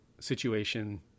situation